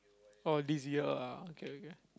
or this year ah okay okay